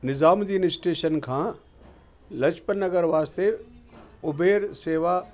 Nizamuddin station खां लजपत नगर वास्ते Uber शेवा